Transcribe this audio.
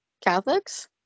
Catholics